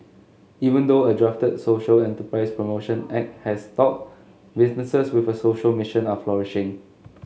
even though a drafted social enterprise promotion act has stalled businesses with a social mission are flourishing